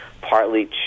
partly